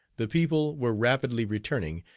the people were rapidly returning,